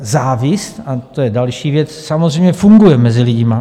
Závist, a to je další věc, samozřejmě funguje mezi lidmi.